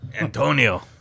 Antonio